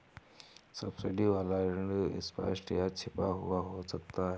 subsidy वाला ऋण स्पष्ट या छिपा हुआ हो सकता है